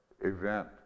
event